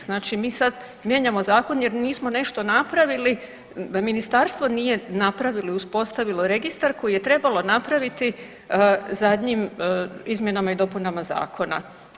Znači, mi sad mijenjamo zakon jer nismo nešto napravili, ministarstvo nije napravilo, uspostavilo registar koji je trebalo napraviti zadnjim izmjenama i dopunama zakona.